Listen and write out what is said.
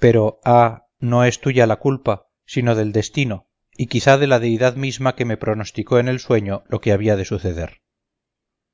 pero ah no es tuya la culpa sino del destino y quizá de la deidad misma que me pronosticó en el sueño lo que había de suceder